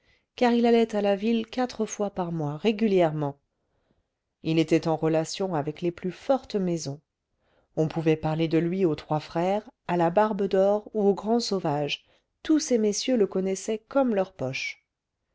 car il allait à la ville quatre fois par mois régulièrement il était en relation avec les plus fortes maisons on pouvait parler de lui aux trois frères à la barbe d'or ou au grand sauvage tous ces messieurs le connaissaient comme leur poche